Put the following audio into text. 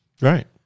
Right